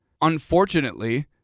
Unfortunately